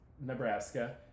Nebraska